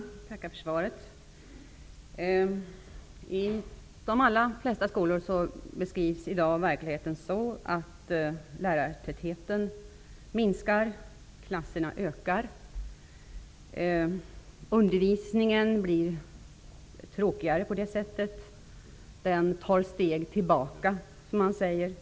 Fru talman! Tack för svaret. I de allra flesta skolor är verkligheten den att lärartätheten minskar och klasstorleken ökar. På det sättet blir undervisningen tråkigare och tar ett steg tillbaka, som man säger.